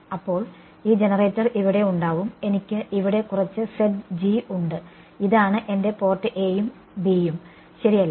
അപ്പോൾ ഈ ജനറേറ്റർ ഇവിടെ ഉണ്ടാവും എനിക്ക് എവിടെ കുറച്ച ഉണ്ട് ഇതാണ് എന്റെ പോർട്ട് a യും b യും ശരിയല്ലേ